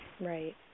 Right